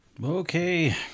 Okay